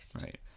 Right